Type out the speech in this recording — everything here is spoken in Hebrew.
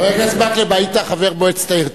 חבר הכנסת מקלב, היית חבר מועצת העיר.